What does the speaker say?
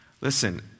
Listen